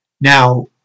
Now